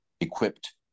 equipped